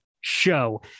show